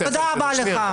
תודה רבה לך.